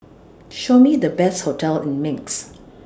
Show Me The Best hotels in Minsk